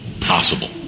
possible